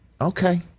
okay